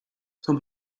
come